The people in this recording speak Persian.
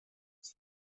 است